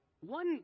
one